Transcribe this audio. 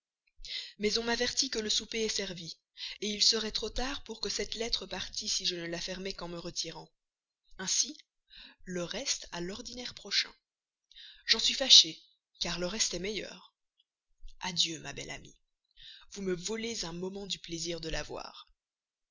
mais on m'avertit que le souper est servi il serait trop tard pour que cette lettre partît si je ne la fermais qu'en me retirant ainsi le reste à l'ordinaire prochain j'en suis fâché car le reste est le meilleur adieu ma belle amie vous me volez un moment du plaisir de la voir